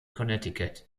connecticut